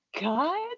God